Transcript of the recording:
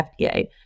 FDA